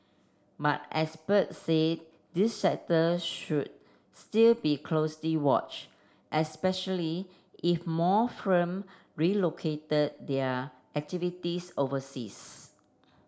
but experts said this sector should still be closely watch especially if more firm relocated their activities overseas